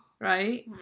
right